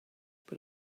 but